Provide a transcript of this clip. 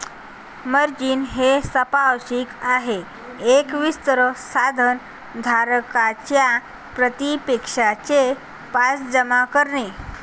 margin हे सांपार्श्विक आहे एक वित्त साधन धारकाच्या प्रतिपक्षाचे पास जमा करणे